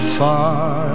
far